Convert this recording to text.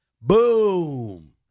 Boom